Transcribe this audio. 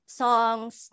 songs